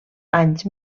anys